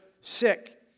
sick